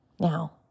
Now